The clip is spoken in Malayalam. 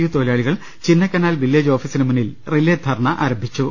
യു തൊഴിലാളികൾ ചിന്നക്കനാൽ വില്ലേജ് ഓഫീസിനു മുന്നിൽ റിലേ ധർണ്ണ ആരംഭിച്ചു